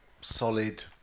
solid